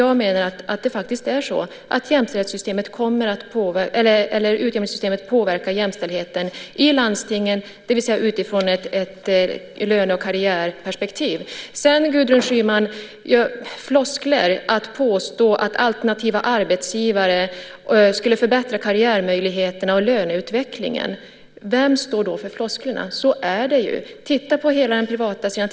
Jag menar att utjämningssystemet faktiskt kommer att påverka jämställdheten i landstingen utifrån ett löne och karriärperspektiv. Gudrun Schyman säger att det är floskler att påstå att alternativa arbetsgivare skulle förbättra karriärmöjligheterna och löneutvecklingen. Vem står för flosklerna? Så är det ju. Titta på hela den privata sidan!